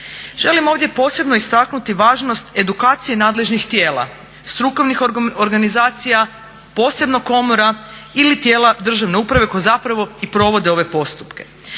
Želim ovdje posebno istaknuti važnost edukacije nadležnih tijela, strukovnih organizacija posebno komora ili tijela državne uprave koji zapravo i provode ove postupke.